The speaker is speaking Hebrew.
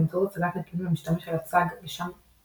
באמצעות הצגת נתונים למשתמש על צג לשם